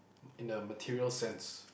in the material sense